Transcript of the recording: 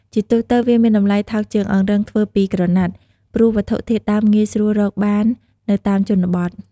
ជាទូទៅ វាមានតម្លៃថោកជាងអង្រឹងធ្វើពីក្រណាត់ ព្រោះវត្ថុធាតុដើមងាយស្រួលរកបាននៅតាមជនបទ។